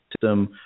system